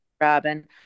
robin